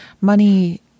money